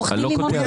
עורך דין לימון,